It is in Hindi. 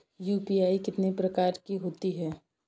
यू.पी.आई कितने प्रकार की होती हैं?